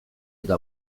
eta